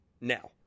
now